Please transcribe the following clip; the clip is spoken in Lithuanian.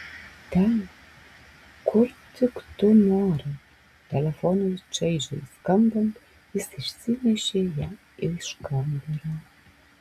ten kur tik tu nori telefonui šaižiai skambant jis išsinešė ją iš kambario